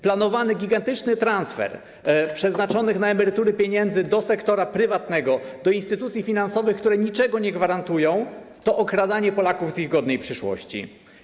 Planowany gigantyczny transfer przeznaczonych na emerytury pieniędzy do sektora prywatnego, do instytucji finansowych, które niczego nie gwarantują, to okradanie Polaków z ich godnej przyszłości.